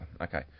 Okay